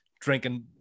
drinking